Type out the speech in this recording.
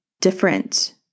different